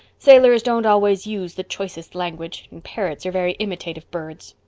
sailors don't always use the choicest language, and parrots are very imitative birds.